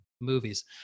movies